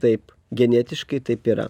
taip genetiškai taip yra